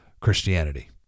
Christianity